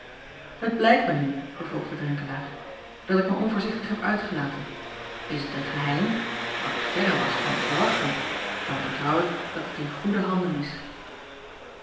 et blijkt mij nu vervolgde renkelaer dat ik mij onvoorzichtig heb uitgelaten s het een geheim wat ik verre was van te verwachten dan vertrouw ik dat het in goede handen is